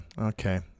Okay